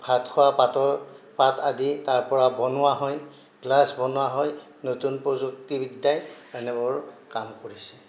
ভাত খোৱা পাতৰ পাত আদি তাৰ পৰা বনোৱা হয় গ্লাচ বনোৱা হয় নতুন প্ৰযুক্তি বিদ্যায় এনেবোৰ কাম কৰিছ